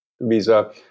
visa